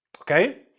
Okay